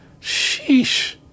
Sheesh